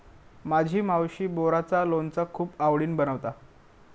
माझी मावशी बोराचा लोणचा खूप आवडीन बनवता